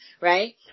right